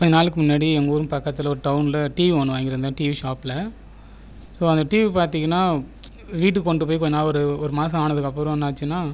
கொஞ்ச நாளுக்கு முன்னாடி எங்கள் ஊர் பக்கத்தில் ஒரு டவுனில் டிவி ஒன்று வாங்கியிருந்தேன் டிவி ஷாப்பில் ஸோ அந்த டிவி பார்த்தீங்கனா வீட்டுக்கு கொண்டு போய் கொஞ்ச நாள் ஒரு ஒரு மாதம் ஆனதுக்கப்புறம் என்னாச்சுனால்